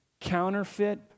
counterfeit